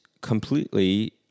completely